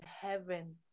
heaven